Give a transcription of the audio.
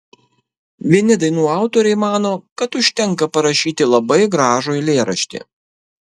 vieni dainų autoriai mano kad užtenka parašyti labai gražų eilėraštį